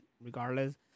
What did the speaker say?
regardless